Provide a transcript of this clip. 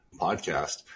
podcast